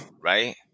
right